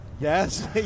Yes